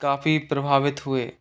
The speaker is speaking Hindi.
काफ़ी प्रभावित हुए